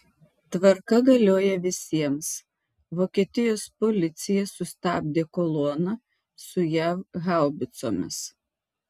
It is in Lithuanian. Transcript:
tvarka galioja visiems vokietijos policija sustabdė koloną su jav haubicomis